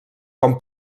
com